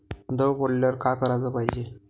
दव पडल्यावर का कराच पायजे?